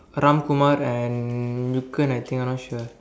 Ramkumar and Ruken I think I not sure